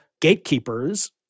gatekeepers